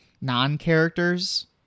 non-characters